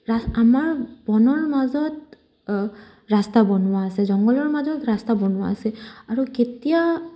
আমাৰ বনৰ মাজত ৰাস্তা বনোৱা আছে জংঘলৰ মাজত ৰাস্তা বনোৱা আছে আৰু কেতিয়া